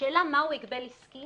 השאלה מה הוא הגבל עסקי